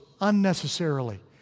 unnecessarily